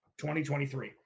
2023